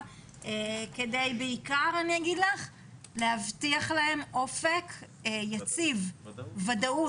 כדי בעיקר להבטיח להם אופק יציב וודאות.